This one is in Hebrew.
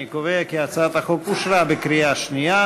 אני קובע כי הצעת החוק אושרה בקריאה שנייה.